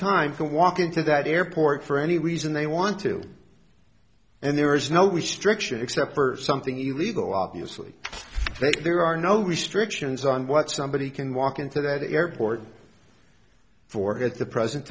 time can walk into that airport for any reason they want to and there is no we stricture except for something illegal obviously there are no restrictions on what somebody can walk into that airport for at the present